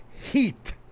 heat